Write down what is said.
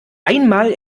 einmal